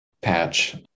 patch